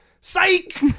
Psych